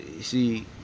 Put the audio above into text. see